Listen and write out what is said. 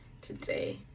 today